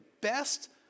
best